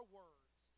words